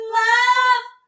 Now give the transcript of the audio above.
love